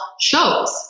shows